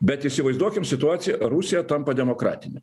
bet įsivaizduokim situaciją rusija tampa demokratine